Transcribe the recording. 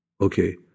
Okay